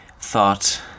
thought